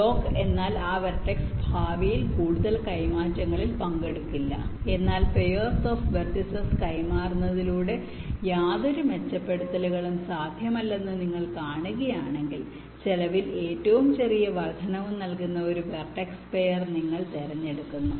lock എന്നാൽ ആ vertex ഭാവിയിൽ കൂടുതൽ കൈമാറ്റങ്ങളിൽ പങ്കെടുക്കില്ല എന്നാൽ പെയർസ് ഓഫ് വെർട്ടിസ്സ് കൈമാറുന്നതിലൂടെ യാതൊരു മെച്ചപ്പെടുത്തലുകളും സാധ്യമല്ലെന്ന് നിങ്ങൾ കാണുകയാണെങ്കിൽ ചെലവിൽ ഏറ്റവും ചെറിയ വർദ്ധനവ് നൽകുന്ന ഒരു വെർടെക്സ് പെയർ നിങ്ങൾ തിരഞ്ഞെടുക്കുന്നു